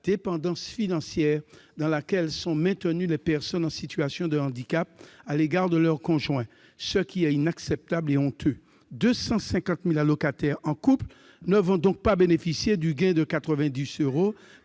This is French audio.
dépendance financière dans laquelle sont maintenues les personnes en situation de handicap à l'égard de leur conjoint, ce qui est inacceptable et honteux ! Ainsi, 250 000 allocataires en couple ne vont pas bénéficier du gain de 90 euros